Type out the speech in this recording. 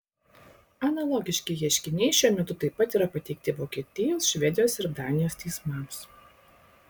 analogiški ieškiniai šiuo metu taip pat yra pateikti vokietijos švedijos ir danijos teismams